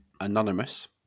anonymous